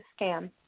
scam